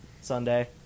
Sunday